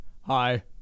Hi